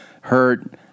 hurt